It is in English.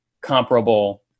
comparable